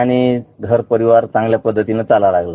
आणि घरपरिवार चांगल्या पद्धतीनी चालायला लागला